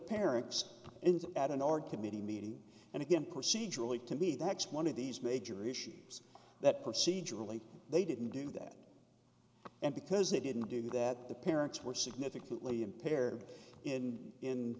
parents at an art committee meeting and again procedurally to me that's one of these major issues that procedurally they didn't do that and because they didn't do that the parents were significantly impaired in in